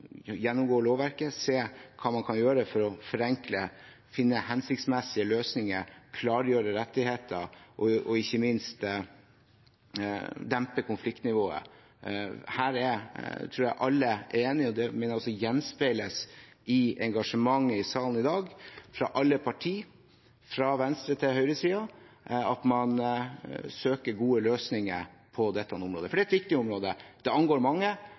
gjennomgå lovverket, se på hva man kan gjøre for å forenkle, finne hensiktsmessige løsninger, klargjøre rettigheter og, ikke minst, dempe konfliktnivået. Her tror jeg alle enig. Jeg mener det også gjenspeiles i engasjementet i salen i dag fra alle partier, fra venstresiden til høyresiden, at man søker gode løsninger på dette området – for det er et viktig område, det angår mange.